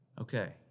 Okay